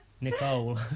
Nicole